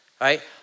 right